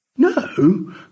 No